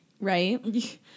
right